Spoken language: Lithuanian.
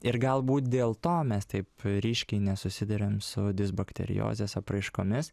ir galbūt dėl to mes taip ryškiai nesusiduriam su disbakteriozės apraiškomis